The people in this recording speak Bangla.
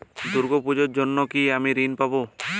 দুর্গা পুজোর জন্য কি আমি ঋণ পাবো?